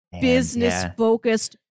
business-focused